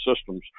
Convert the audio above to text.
systems